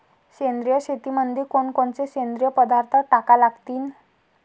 सेंद्रिय शेतीमंदी कोनकोनचे सेंद्रिय पदार्थ टाका लागतीन?